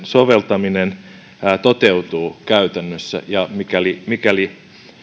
soveltaminen toteutuu käytännössä mikäli